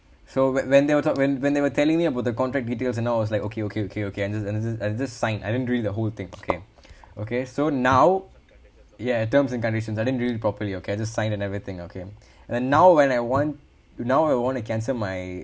so when when they were tell~ when when they were telling me about the contract details and I was like okay okay okay okay and I just and I just and I just sign I didn't read the whole thing okay okay so now ya terms and conditions I didn't read it properly okay I just sign and everything okay then now when I want now I want to cancel my